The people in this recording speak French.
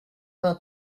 vingt